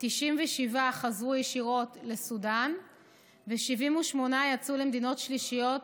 97 חזרו ישירות לסודאן ו-78 יצאו למדינות שלישיות